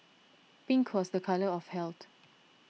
pink was the colour of health